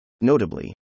Notably